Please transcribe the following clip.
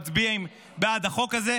מצביעים בעד החוק הזה.